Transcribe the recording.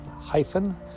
hyphen